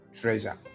treasure